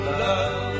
love